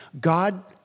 God